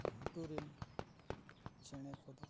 ᱜᱷᱩᱴᱩ ᱨᱮᱱ ᱪᱮᱬᱮ ᱠᱚᱫᱚ